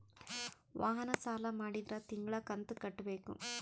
ವಾಹನ ಸಾಲ ಮಾಡಿದ್ರಾ ತಿಂಗಳ ಕಂತು ಕಟ್ಬೇಕು